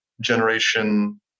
generation